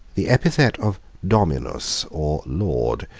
the epithet of dominus, or lord,